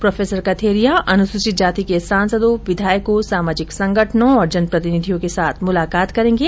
professor Katheria अनुसूचित जाति के सांसदों विधायकों सामाजिक संगठनों और जन प्रतिनिधियों के साथ मुलाकात करेगे